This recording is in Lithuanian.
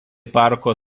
parko